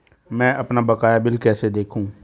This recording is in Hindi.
मैं अपना बकाया बिल कैसे देखूं?